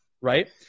right